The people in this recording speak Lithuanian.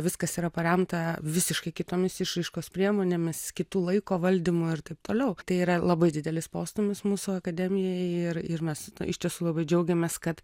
viskas yra paremta visiškai kitomis išraiškos priemonėmis kitų laiko valdymu ir taip toliau tai yra labai didelis postūmis mūsų akademijai ir ir mes iš tiesų labai džiaugiamės kad